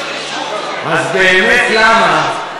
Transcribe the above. אז באמת למה,